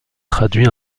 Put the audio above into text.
traduit